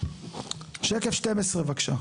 שקף 12 בבקשה.